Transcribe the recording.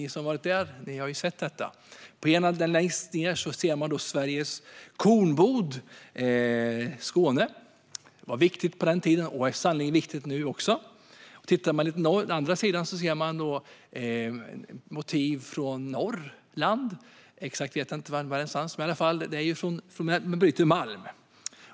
Ni som har varit där har sett dem. På ett av dem, längst ned, ser man Sveriges kornbod - Skåne. Kornet var viktigt på den tiden och är sannerligen viktigt nu också. Om man tittar på den andra sidan ser man motiv från Norrland. Jag vet inte exakt var, men de bryter i alla fall malm.